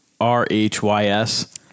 r-h-y-s